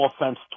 offense